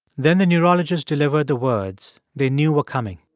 then the neurologist delivered the words they knew were coming.